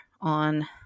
on